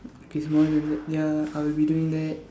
okay smaller than that ya I will be doing that